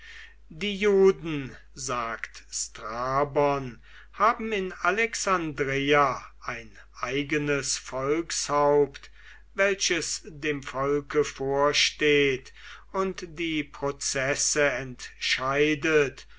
die juden sagt strabon haben in alexandreia ein eigenes volkshaupt welches dem volke vorsteht und die prozesse entscheidet